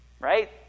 Right